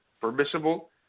permissible